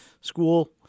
school